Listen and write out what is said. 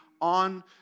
on